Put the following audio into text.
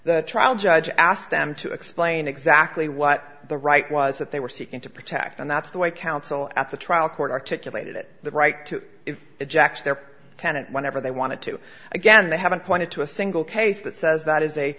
the trial judge asked them to explain exactly what the right was that they were seeking to protect and that's the way counsel at the trial court articulated it the right to eject their tenant whenever they wanted to again they haven't pointed to a single case that says that is a